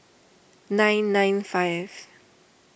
nine nine five